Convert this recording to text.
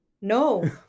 No